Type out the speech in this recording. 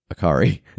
akari